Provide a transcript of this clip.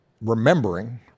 remembering